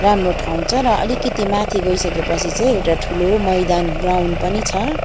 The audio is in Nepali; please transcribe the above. राम्रो ठाउँ छ र अलिकति माथि गइसकेपछि चाहिँ एउटा ठुलो मैदान ग्राउन्ड पनि छ